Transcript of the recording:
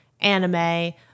anime